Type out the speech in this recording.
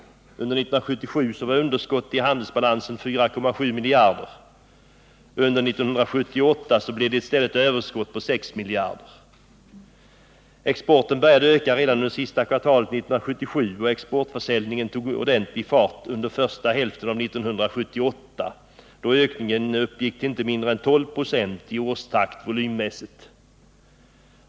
Under 1977 var underskottet i handelsbalansen 4,7 miljarder. Under 1978 blev det i stället ett överskott på 6 miljarder. Exporten började öka redan under sista kvartalet 1977, och exportförsäljningen tog ordentlig fart under första hälften av 1978, då ökningen uppgick till inte mindre än 12 96 i årstakt volymmässigt.